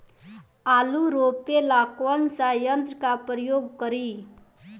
आलू रोपे ला कौन सा यंत्र का प्रयोग करी?